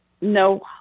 no